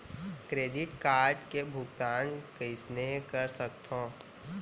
Credit card के भुगतान कइसने कर सकथो?